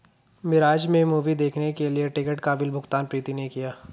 मिराज में मूवी देखने के लिए टिकट का बिल भुगतान प्रीति ने किया